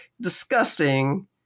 disgusting